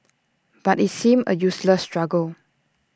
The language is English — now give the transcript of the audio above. but IT seemed A useless struggle